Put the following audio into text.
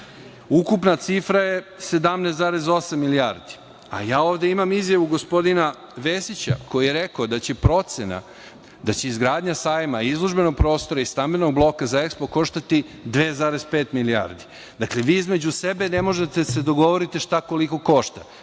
Ukupna cifra je 17,8 milijardi, a ja ovde imam izjavu gospodina Vesića koji je rekao da će izgradnja Sajma, izložbenog prostora i stambenog bloka za EXPO koštati 2,5 milijardi. Dakle, vi između sebe ne možete da se dogovorite šta koliko košta.